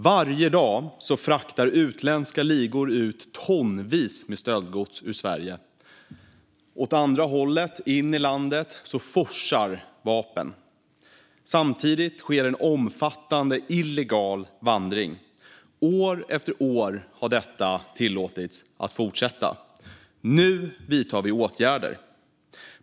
Fru talman! Varje dag fraktar utländska ligor ut tonvis med stöldgods från Sverige. Åt andra hållet, in i landet, forsar vapen. Samtidigt sker en omfattande illegal invandring. År efter år har detta tillåtits att fortsätta, men nu vidtar vi åtgärder.